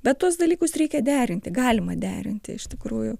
bet tuos dalykus reikia derinti galima derinti iš tikrųjų